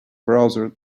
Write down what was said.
browser